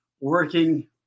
working